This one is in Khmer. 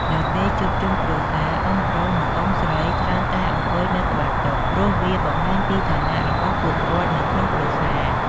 នៅពេលជួបជុំគ្រួសារ អ៊ុំប្រុស និងអ៊ុំស្រីច្រើនតែអង្គុយនៅក្បាលតុ ព្រោះវាបង្ហាញពីឋានៈរបស់ពួកគាត់នៅក្នុងគ្រួសារ។